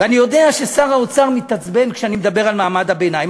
ואני יודע ששר האוצר מתעצבן כשאני מדבר על מעמד הביניים,